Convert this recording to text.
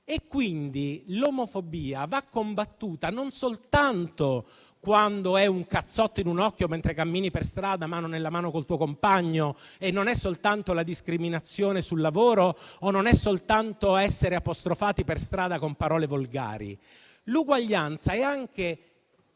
Quindi l'omofobia va combattuta non soltanto quando è un cazzotto in un occhio mentre cammini per strada mano nella mano con il tuo compagno; l'omofobia non è soltanto la discriminazione sul lavoro o essere apostrofati per strada con parole volgari. Uguaglianza è anche